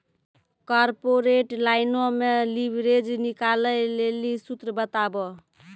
corporate लाइनो मे leverage निकालै लेली सूत्र बताबो